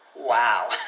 Wow